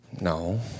No